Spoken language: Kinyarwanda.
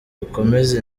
dukomeze